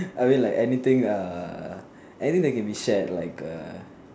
I mean like anything anything that can be shared like a